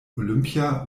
olympia